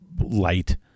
light